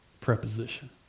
preposition